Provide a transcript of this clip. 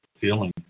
feeling